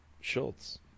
Schultz